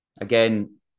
again